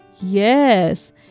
Yes